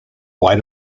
why